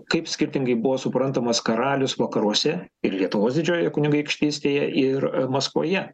kaip skirtingai buvo suprantamas karalius vakaruose ir lietuvos didžiojoje kunigaikštystėje ir maskvoje